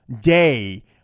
day